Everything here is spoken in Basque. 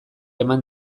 eman